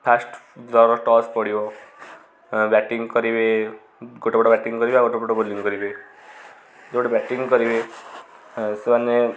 first ଯାର toss ପଡ଼ିବ batting କରିବେ ଗୋଟେ ପଟ ବ୍ୟାଟିଂ କରିବେ ଆଉ ଗୋଟେ ପଟ ବୋଲିଂ କରିବେ ଯେଉଁଟା ବ୍ୟାଟିଂ କରିବେ ସେମାନେ